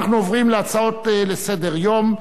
אחד נגד, אין נמנעים.